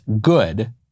good